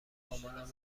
مامانم